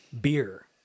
beer